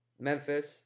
Memphis